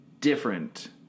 different